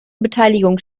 beteiligung